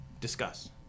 Discuss